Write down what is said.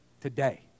today